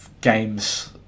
games